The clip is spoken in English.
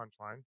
punchline